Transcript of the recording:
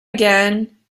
again